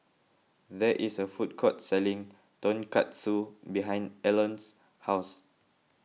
there is a food court selling Tonkatsu behind Elon's house